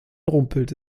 rumpelte